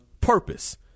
purpose